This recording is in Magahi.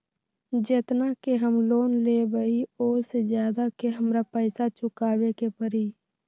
जेतना के हम लोन लेबई ओ से ज्यादा के हमरा पैसा चुकाबे के परी?